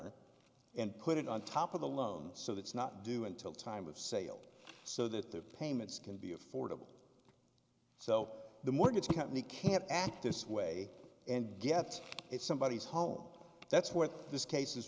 honor and put it on top of the loan so that's not due until the time of sale so that the payments can be affordable so the mortgage company can't act this way and get it somebody's home that's what this case is